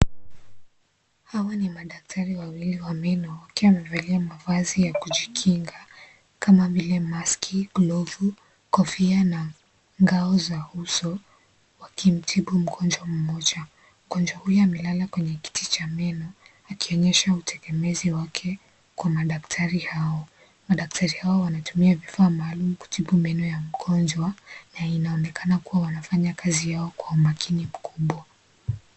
Hawa ni madaktari wawili wa meno. Wakiwa wamevalia mavazi ya kujikinga, kama vile, maski , glovu, kofia na ngao za uso, wakimtibu mgonjwa mmoja. Mgonjwa huyo amelala kwenye kiti cha meno, akionyesha utegemezi wake kwa madaktari hao. Madaktari hao wanatumia vifaa maalum kutibu meno ya mgonjwa na inaonekana wanafanya kazi yao kwa umakini mkubwa.